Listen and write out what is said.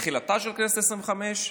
תחילתה של הכנסת העשרים-וחמש.